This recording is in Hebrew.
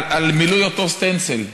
על מילוי אותו סטנסיל.